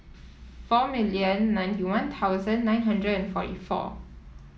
four million ninety One Thousand nine hundred and forty four